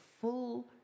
full